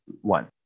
One